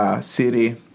city